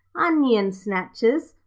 onion snatchers,